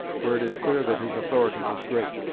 where it is clear that his authority was great.